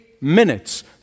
minutes